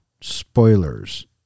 spoilers